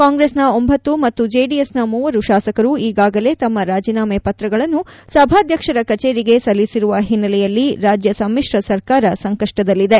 ಕಾಂಗ್ರೆಸ್ ನ ಒಂಬತ್ತು ಮತ್ತು ಜೆಡಿಎಸ್ ನ ಮೂವರು ಶಾಸಕರು ಈಗಾಗಲೇ ತಮ್ಮ ರಾಜೀನಾಮೆ ಪತ್ರಗಳನ್ನು ಸಭಾಧ್ಯಕ್ಷರ ಕಚೇರಿಗೆ ಸಲ್ಲಿಸಿರುವ ಹಿನ್ನೆಲೆಯಲ್ಲಿ ರಾಜ್ಯ ಸಮ್ಮಿಶ್ರ ಸರ್ಕಾರ ಸಂಕಷ್ಟದಲ್ಲಿದೆ